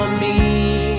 me